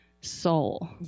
soul